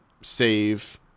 save